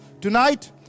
Tonight